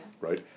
Right